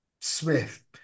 Smith